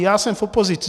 Já jsem v opozici.